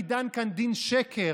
אני דן כאן דין שקר.